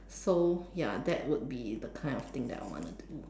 so ya that would be the kind of thing that I want to do